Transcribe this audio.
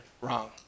wrong